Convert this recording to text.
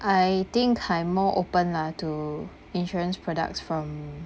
I think I more open lah to insurance products from